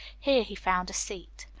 here he found a seat.